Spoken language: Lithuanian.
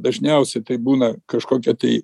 dažniausiai tai būna kažkokia tai